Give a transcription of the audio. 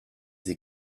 sie